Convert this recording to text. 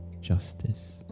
justice